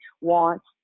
wants